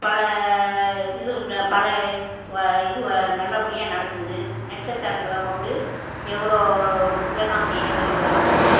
பல இது உண்டு பல இது வ இது வ நல்லபடியாக நடக்குது நட்சத்திரங்களைக்கொண்டு எவ்வளோ இதெலாம் செய்ய வேண்டியதாக இருக்குது